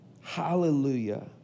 Hallelujah